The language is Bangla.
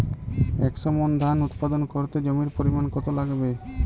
একশো মন ধান উৎপাদন করতে জমির পরিমাণ কত লাগবে?